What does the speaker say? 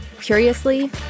Curiously